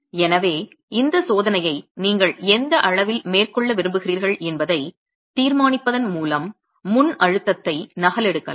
எனவே இந்தச் சோதனையை நீங்கள் எந்த அளவில் மேற்கொள்ள விரும்புகிறீர்கள் என்பதைத் தீர்மானிப்பதன் மூலம் முன்அழுத்தத்தை நகலெடுக்கலாம்